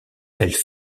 elle